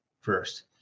first